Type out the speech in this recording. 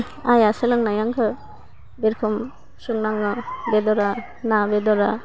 आइया सोलोंनाय आंखौ बे रोखोम संनांगौ बेदरा ना बेदरा